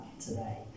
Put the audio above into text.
today